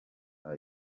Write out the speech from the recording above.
saa